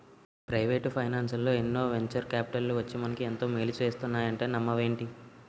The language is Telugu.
ప్రవేటు ఫైనాన్సల్లో ఎన్నో వెంచర్ కాపిటల్లు వచ్చి మనకు ఎంతో మేలు చేస్తున్నాయంటే నమ్మవేంటి?